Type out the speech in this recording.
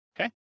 okay